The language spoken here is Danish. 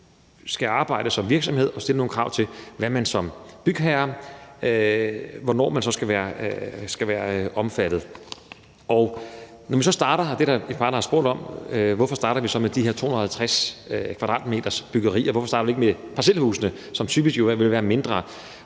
skal arbejde som virksomhed og stille nogle krav til, hvad man skal som bygherre, og hvornår man så skal være omfattet. Der er et par stykker, der så har spurgt om, hvorfor vi starter med de her 250-kvadratmetersbyggerier, og hvorfor vi ikke starter med parcelhusene, som typisk vil være mindre.